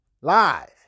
live